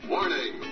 Warning